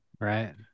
Right